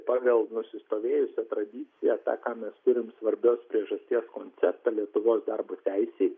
pagal nusistovėjusią tradiciją tą ką mes turim svarbios priežasties konceptą lietuvos darbo teisėj